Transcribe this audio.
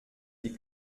die